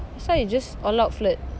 that's why you just all out flirt